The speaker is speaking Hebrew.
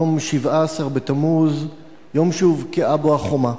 יום 17 בתמוז הוא יום שהובקעה בו החומה.